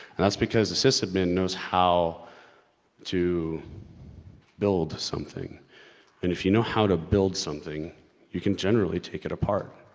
and that's because a sysadmin knows how to build something and if you know how to build something you can generally take it apart.